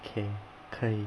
okay 可以